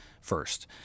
first